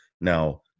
Now